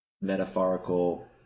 metaphorical